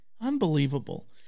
Unbelievable